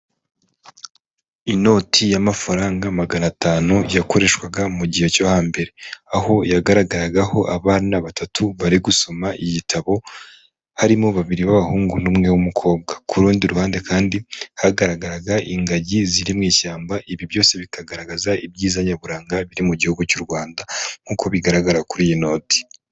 Inoti y'amafaranga magana atanu yakoreshwaga mu gihe cyo hambere, aho yagaragaragaho abana batatu bari gusoma igitabo, harimo babiri b'abahungu n'umwe w'umukobwa, ku rundi ruhande kandi hagaragaraga ingagi ziri mu ishyamba, ibi byose bikagaragaza ibyiza nyaburanga biri mu gihugu cy'u Rwanda nk'uko bigaragara kuri iyi noti.